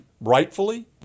rightfully